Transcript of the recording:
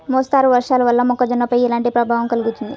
మోస్తరు వర్షాలు వల్ల మొక్కజొన్నపై ఎలాంటి ప్రభావం కలుగుతుంది?